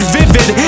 vivid